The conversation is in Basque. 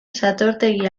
satortegi